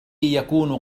يكون